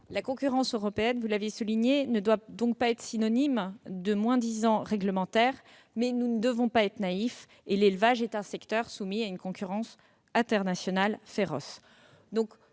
La concurrence européenne, vous l'avez souligné, ne doit donc pas être synonyme de moins-disant réglementaire, mais nous ne devons pas être naïfs, et l'élevage est un secteur soumis à une concurrence internationale féroce.